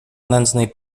nędznej